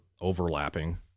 overlapping